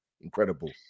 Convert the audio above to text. incredible